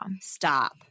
Stop